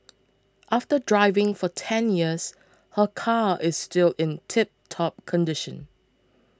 after driving for ten years her car is still in tiptop condition